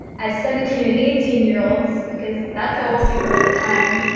as seventeen and eighteen year old's, because that's how old we were at the time,